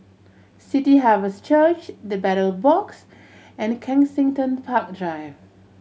City Harvest Church The Battle Box and Kensington Park Drive